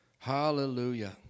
Hallelujah